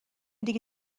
دیگه